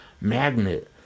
magnet